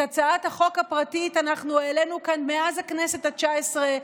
את הצעת החוק הפרטית אנחנו העלינו כאן מאז הכנסת התשע-עשרה,